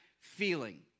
feeling